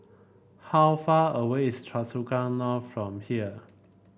how far away is Choa Chu Kang North from here